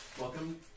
Welcome